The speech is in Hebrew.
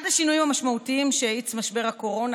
אחד השינויים המשמעותיים שהאיץ משבר הקורונה